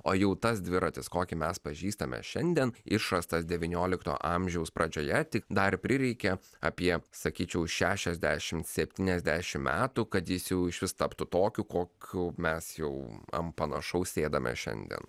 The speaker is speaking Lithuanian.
o jų tas dviratis kokį mes pažįstame šiandien išrastas devyniolikto amžiaus pradžioje tik dar prireikė apie sakyčiau šešiasdešimt septyniasdešimt metų kad jis jau išvis taptų tokiu kokiu mes jau ant panašaus sėdame šiandien